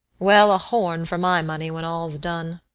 well, a horn for my money, when all's done.